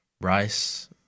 Rice